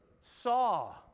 saw